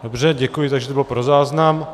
Dobře děkuji, takže to bylo pro záznam.